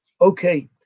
Okay